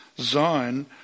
Zion